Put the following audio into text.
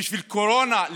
בשביל קורונה,